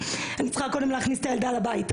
אני צריכה קודם להכניס את הילדה לבית.